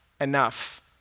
enough